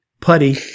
Putty